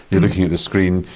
you're looking at the screen,